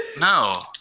No